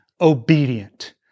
obedient